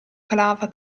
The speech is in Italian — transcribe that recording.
calava